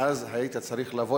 ואז היית צריך לבוא,